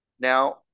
now